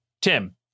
tim